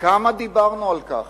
כמה דיברנו על כך?